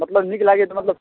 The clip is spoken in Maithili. मतलब नीक लागैए मतलब